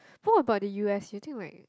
what about the U_S you think like